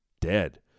dead